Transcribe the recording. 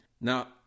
Now